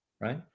Right